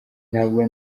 ntabwo